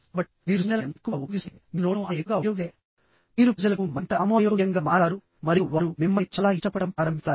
కాబట్టి మీరు సంజ్ఞలను ఎంత ఎక్కువగా ఉపయోగిస్తే మీరు నోడ్స్ను అంత ఎక్కువగా ఉపయోగిస్తే మీరు ప్రజలకు మరింత ఆమోదయోగ్యంగా మారతారు మరియు వారు మిమ్మల్ని చాలా ఇష్టపడటం ప్రారంభిస్తారు